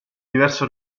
diverse